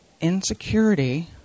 insecurity